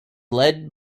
led